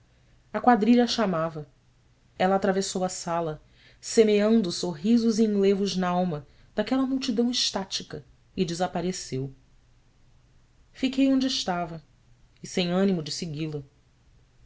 a quadrilha a chamava ela atravessou a sala semeando sorrisos e enlevos n'alma daquela multidão extática e desapareceu fiquei onde estava e sem ânimo de segui-la